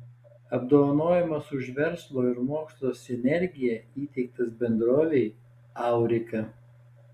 apdovanojimas už verslo ir mokslo sinergiją įteiktas bendrovei aurika